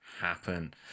happen